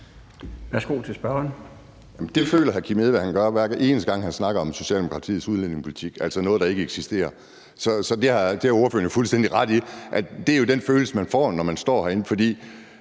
Det føler hr. Kim Edberg Andersen han gør, hver eneste gang han snakker om Socialdemokratiets udlændingepolitik, altså noget, der ikke eksisterer. Det har ordføreren fuldstændig ret i. Det er jo den følelse, man får, når man står herinde,